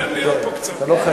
תן להיות פה קצת, יואל,